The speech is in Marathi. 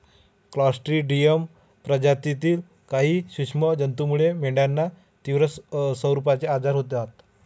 क्लॉस्ट्रिडियम प्रजातीतील काही सूक्ष्म जंतूमुळे मेंढ्यांना तीव्र स्वरूपाचे आजार होतात